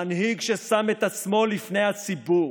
מנהיג ששם את עצמו לפני הציבור,